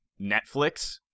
Netflix